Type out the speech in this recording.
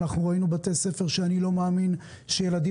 ראינו בתי ספר שאני לא מאמין שילדים